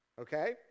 Okay